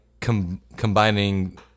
combining